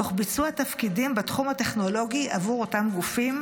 תוך ביצוע תפקידים בתחום הטכנולוגי עבור אותם גופים,